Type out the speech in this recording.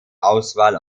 auswahl